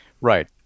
right